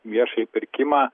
viešąjį pirkimą